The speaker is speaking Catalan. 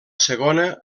segona